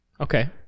Okay